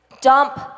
dump